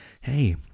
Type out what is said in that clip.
hey